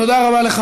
תודה רבה לך,